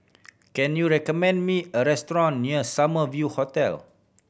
can you recommend me a restaurant near Summer View Hotel